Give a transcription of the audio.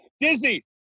disney